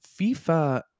fifa